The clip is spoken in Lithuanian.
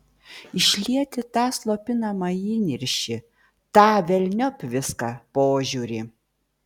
išlieti tą slopinamą įniršį tą velniop viską požiūrį